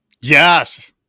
Yes